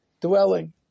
dwelling